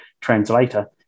translator